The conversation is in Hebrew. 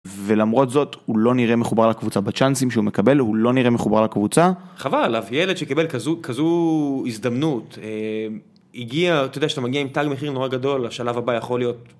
ולמרות זאת, הוא לא נראה מחובר לקבוצה בצ'אנסים שהוא מקבל, הוא לא נראה מחובר לקבוצה. חבל עליו ילד שקיבל כזו כזו הזדמנות. הגיע.. אתה יודע שאתה מגיע עם תג מחיר נורא גדול השלב הבא יכול להיות.